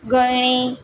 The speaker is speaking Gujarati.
ગરણી